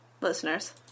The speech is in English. listeners